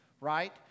Right